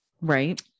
right